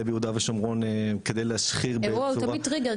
ביהודה ושומרון כדי להשחיר אירוע הוא תמיד טריגר.